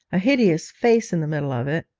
a hideous face in the middle of it,